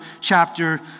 chapter